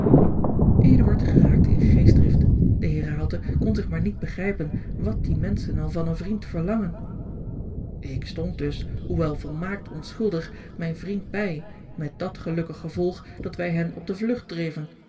geraakte in geestdrift de heer raalte kon zich maar niet begrijpen wat die menschen al van een vriend verlangen george een ongeluksvogel ik stond dus hoewel volmaakt onschuldig mijn vriend bij met dat gelukkig gevolg dat wij hen op de vlugt dreven